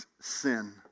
sin